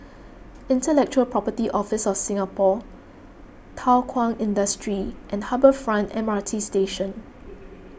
Intellectual Property Office of Singapore Thow Kwang Industry and Harbour Front M R T Station